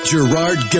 Gerard